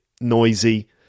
noisy